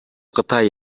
кытай